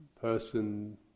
person